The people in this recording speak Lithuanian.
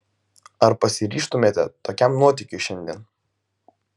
ar pasiryžtumėte tokiam nuotykiui šiandien